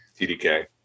TDK